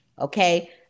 okay